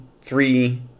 three